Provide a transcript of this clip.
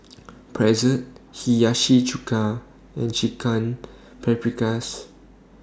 Pretzel Hiyashi Chuka and Chicken Paprikas